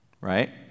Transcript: right